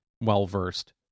well-versed